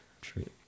True